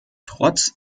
trotz